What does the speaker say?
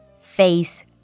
face